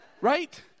right